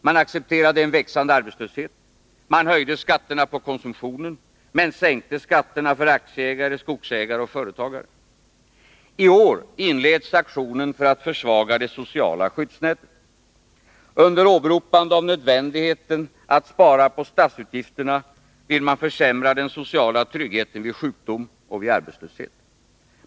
Man accepterade en växande arbetslöshet, man höjde skatterna på konsumtionen, man sänkte skatterna för aktieägare, skogsägare och företagare. I år inleds aktionen för att försvaga det sociala skyddsnätet. Under åberopande av nödvändigheten att spara på statsutgifterna vill man försämra den sociala tryggheten vid sjukdom och vid arbetslöshet.